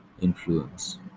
influence